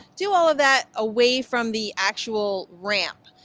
do all of that away from the actual ramp.